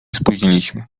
spóźniliśmy